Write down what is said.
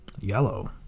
yellow